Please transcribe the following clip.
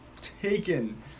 taken